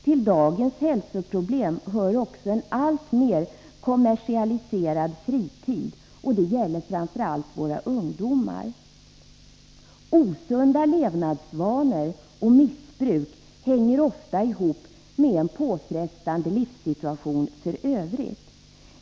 Till dagens hälsoproblem hör också en alltmer kommersialiserad fritid; det gäller framför allt våra ungdomar. Osunda levnadsvanor och missbruk hänger ofta ihop med en påfrestande livssituation i övrigt.